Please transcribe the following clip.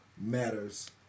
matters